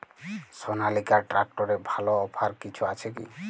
সনালিকা ট্রাক্টরে ভালো অফার কিছু আছে কি?